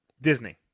Disney